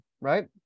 right